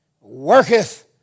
worketh